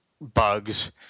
bugs